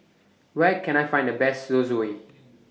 Where Can I Find The Best Zosui